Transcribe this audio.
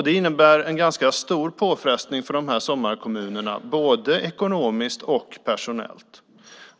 Det innebär en ganska stor påfrestning för sommarkommunerna både ekonomiskt och personellt.